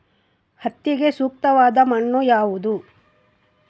ಹತ್ತಿಗೆ ಸೂಕ್ತವಾದ ಮಣ್ಣು ಯಾವುದು?